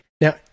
Now